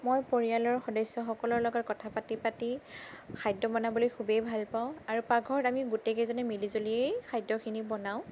মই পৰিয়ালৰ সদস্যসকলৰ লগত কথা পাতি পাতি খাদ্য বনাবলৈ খুবেই ভালপাওঁ আৰু পাকঘৰত আমি গোটেইকেইজনীয়ে মিলিজুলিয়ে খাদ্যখিনি বনাওঁ